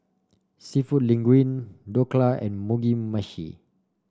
seafood Linguine Dhokla and Mugi Meshi